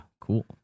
Cool